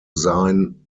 zine